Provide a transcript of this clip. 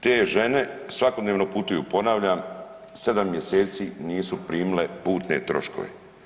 Te žene svakodnevno putuju, ponavljam, 7 mjeseci nisu primile putne troškove.